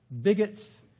bigots